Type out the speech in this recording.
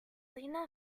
lena